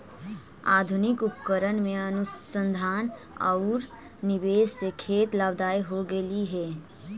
आधुनिक उपकरण में अनुसंधान औउर निवेश से खेत लाभदायक हो गेलई हे